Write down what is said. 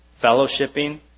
fellowshipping